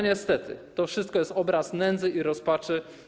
Niestety, to wszystko to obraz nędzy i rozpaczy.